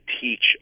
teach